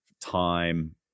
time